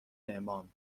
امام